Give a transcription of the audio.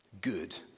good